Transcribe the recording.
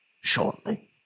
shortly